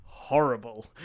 Horrible